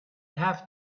have